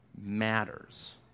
matters